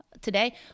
Today